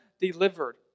delivered